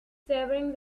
savouring